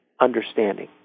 understanding